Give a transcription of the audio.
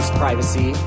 privacy